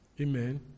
Amen